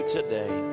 today